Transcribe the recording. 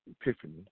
Epiphany